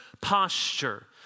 posture